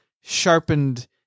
sharpened